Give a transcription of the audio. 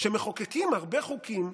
שמחוקקים הרבה חוקים,